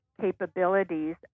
capabilities